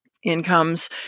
incomes